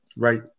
Right